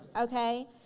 okay